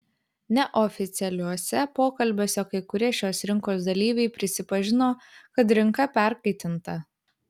neoficialiuose pokalbiuose kai kurie šios rinkos dalyviai prisipažino kad rinka perkaitinta